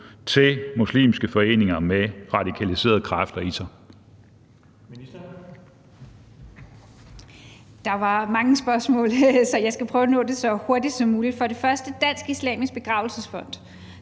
til muslimske foreninger med radikaliserede kræfter i sig.